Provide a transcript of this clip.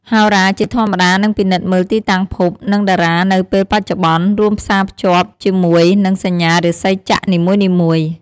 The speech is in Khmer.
ហោរា ជាធម្មតានឹងពិនិត្យមើលទីតាំងភព និងតារានៅពេលបច្ចុប្បន្ន រួចផ្សារភ្ជាប់ជាមួយនឹងសញ្ញារាសីចក្រនីមួយៗ។